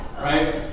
Right